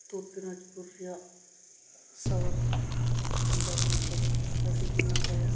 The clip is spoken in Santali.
ᱩᱛᱛᱚᱨ ᱫᱤᱱᱟᱡᱽᱯᱩᱨ ᱨᱮᱭᱟᱜ ᱥᱚᱦᱚᱨ ᱚᱵᱚᱥᱛᱷᱟᱫᱚ ᱟᱹᱰᱤ ᱜᱮ ᱱᱟᱯᱟᱭᱟ